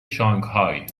شانگهای